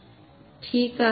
ठिक आहे